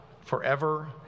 forever